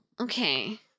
Okay